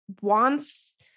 wants